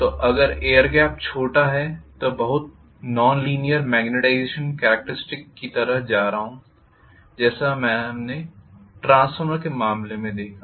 तो अगर air gap छोटा है तो बहुत नॉन लीनीयर मेग्नेटाईज़ेशन कॅरेक्टरिस्टिक्स की तरह जा रहा हूं जैसे हमने ट्रांसफार्मर के मामले में देखा